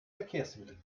verkehrsmittel